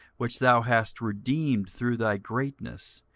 which thou hast redeemed through thy greatness,